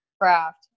Craft